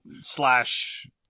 slash